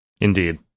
indeed